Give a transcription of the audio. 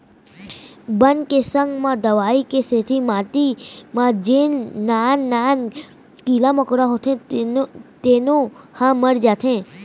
बन के संग म दवई के सेती माटी म जेन नान नान कीरा मकोड़ा होथे तेनो ह मर जाथें